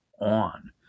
on